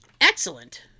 Excellent